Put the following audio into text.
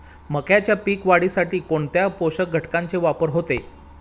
मक्याच्या पीक वाढीसाठी कोणत्या पोषक घटकांचे वापर होतो?